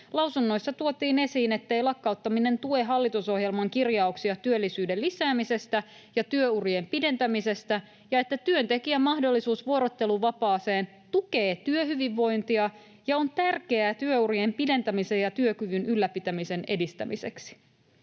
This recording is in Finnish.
Lausunnoissa tuotiin esiin, ettei lakkauttaminen tue hallitusohjelman kirjauksia työllisyyden lisäämisestä ja työurien pidentämisestä ja että työntekijän mahdollisuus vuorotteluvapaaseen tukee työhyvinvointia ja on tärkeää työurien pidentämisen ja työkyvyn ylläpitämisen edistämiseksi.